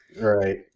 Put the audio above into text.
Right